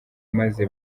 maze